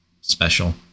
special